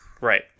Right